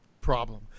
problem